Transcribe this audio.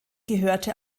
gehörte